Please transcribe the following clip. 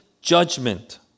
judgment